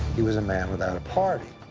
he was a man without a party,